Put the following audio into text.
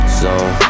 zone